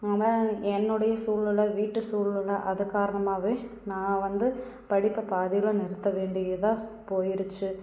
ஆனால் என்னுடைய சூழ்நில வீட்டு சூழ்நில அது காரணமாகவே நான் வந்து படிப்பை பாதியில் நிறுத்தவேண்டியதாக போயிடுச்சி